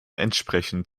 entsprechend